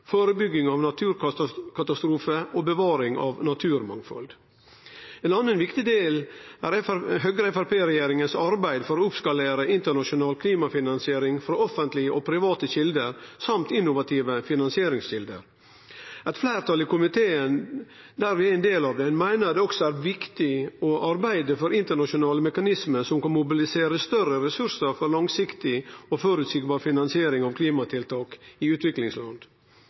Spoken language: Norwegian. førebygging av naturkatastrofar og bevaring av naturmangfald. Ein annan viktig del er Høgre–Framstegsparti-regjeringas arbeid for å skalere opp internasjonal klimafinansiering frå offentlege og private kjelder samt innovative finansieringskjelder. Eit fleirtal i komiteen, der vi er ein del av den, meiner det også er viktig å arbeide for internasjonale mekanismar som kan mobilisere større ressursar for langsiktig og føreseieleg finansiering av klimatiltak i utviklingsland.